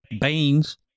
beans